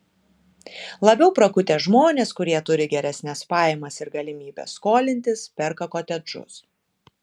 labiau prakutę žmonės kurie turi geresnes pajamas ir galimybes skolintis perka kotedžus